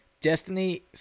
Destiny